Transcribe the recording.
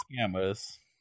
scammers